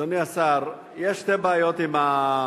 אדוני השר, יש שתי בעיות עם התשובה.